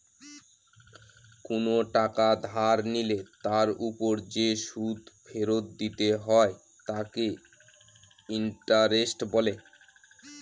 কোন টাকা ধার নিলে তার ওপর যে সুদ ফেরত দিতে হয় তাকে ইন্টারেস্ট বলে